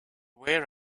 wear